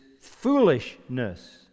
foolishness